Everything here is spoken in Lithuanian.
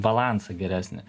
balansą geresnį